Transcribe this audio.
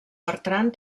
bertran